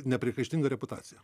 nepriekaištinga reputacija